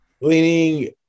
Leaning